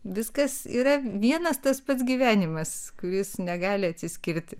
viskas yra vienas tas pats gyvenimas kuris negali atsiskirti